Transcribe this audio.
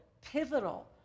pivotal